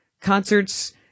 concerts